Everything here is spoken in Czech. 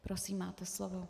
Prosím, máte slovo.